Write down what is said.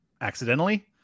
accidentally